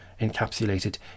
encapsulated